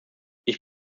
ich